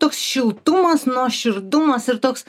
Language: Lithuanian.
toks šiltumas nuoširdumas ir toks